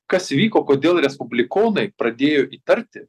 kas įvyko kodėl respublikonai pradėjo įtarti